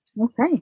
okay